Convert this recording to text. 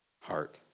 heart